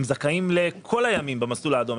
הם זכאים לכל הימים במסלול האדום.